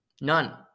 None